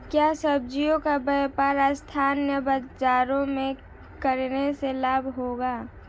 क्या सब्ज़ियों का व्यापार स्थानीय बाज़ारों में करने से लाभ होगा?